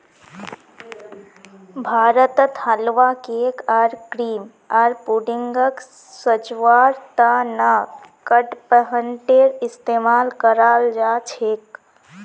भारतत हलवा, केक आर क्रीम आर पुडिंगक सजव्वार त न कडपहनटेर इस्तमाल कराल जा छेक